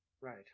Right